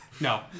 no